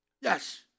Yes